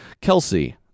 Kelsey